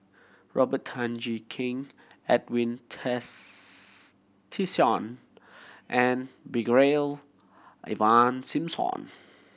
Robert Tan Jee Keng Edwin Tessensohn and Brigadier Ivan Simson